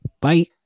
Bye